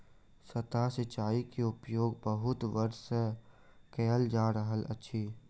सतह सिचाई के उपयोग बहुत वर्ष सँ कयल जा रहल अछि